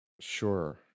Sure